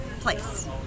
place